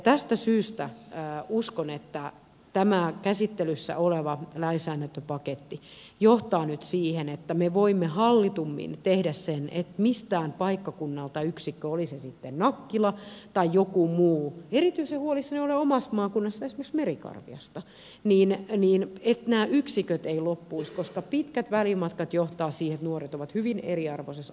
tästä syystä uskon että tämä käsittelyssä oleva lainsäädäntöpaketti johtaa nyt siihen että me voimme hallitummin tehdä sen että miltään paikkakunnalta yksikkö oli se sitten nakkila tai joku muu erityisen huolissani olen omassa maakunnassani esimerkiksi merikarviasta ei loppuisi koska pitkät välimatkat johtavat siihen että nuoret ovat hyvin eriarvoisessa asemassa